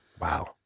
Wow